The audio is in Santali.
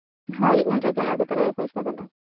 ᱦᱳᱭ ᱩᱱ ᱨᱮᱜᱮᱢ ᱟᱹᱜᱩ ᱛᱚᱨᱟᱭᱟ ᱯᱚᱭᱥᱟ ᱠᱚᱫᱚ